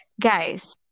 Guys